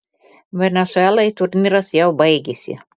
venesuelai turnyras jau baigėsi